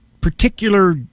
particular